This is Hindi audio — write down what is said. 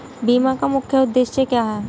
बीमा का मुख्य उद्देश्य क्या है?